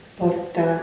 porta